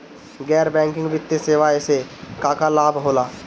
गैर बैंकिंग वित्तीय सेवाएं से का का लाभ होला?